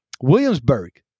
Williamsburg